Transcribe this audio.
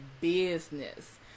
business